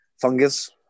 fungus